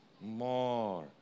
more